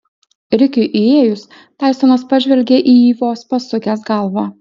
rikiui įėjus taisonas pažvelgė į jį vos pasukęs galvą